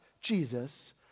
Jesus